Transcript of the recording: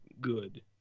good